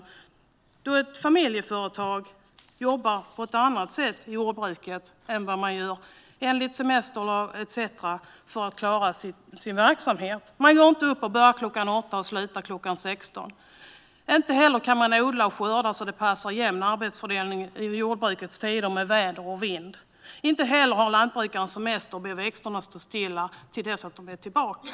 För att klara sin verksamhet måste nämligen ett familjeföretag jobba på ett annat sätt i jordbruket än vad som stämmer med semesterlag etcetera. Man börjar inte kl. 8 och slutar kl. 16. Inte heller kan man odla och skörda så att det blir en jämn arbetsfördelning. Det går inte med tanke på väder och vind. Lantbrukare kan inte heller ha semester och be växterna att stå stilla till dess att de är tillbaka.